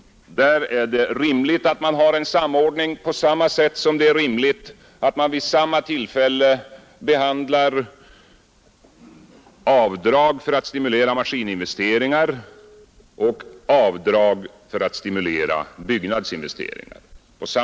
Där är det rimligt att man har en samordning på samma sätt som det är rimligt att man vid samma tillfälle behandlar avdrag för att stimulera maskininvesteringar och avdrag för att stimulera byggnadsinvesteringar.